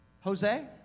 Jose